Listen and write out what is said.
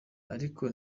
ariko